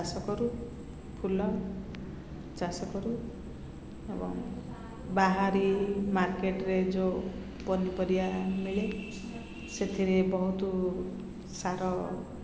ଚାଷ କରୁ ଫୁଲ ଚାଷ କରୁ ଏବଂ ବାହାରି ମାର୍କେଟରେ ଯେଉଁ ପନିପରିବା ମିଳେ ସେଥିରେ ବହୁତ ସାର